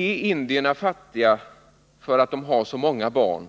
Är indierna fattiga för att de har så många barn,